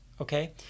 okay